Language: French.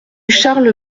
charles